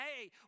hey